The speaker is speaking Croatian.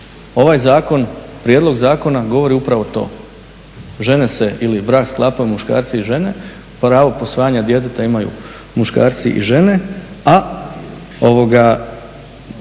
Ovaj zakon, prijedlog zakona govori upravo to, žene se ili brak sklapa muškarci i žene, pravo posvajanja djeteta imaju muškarci i žene, a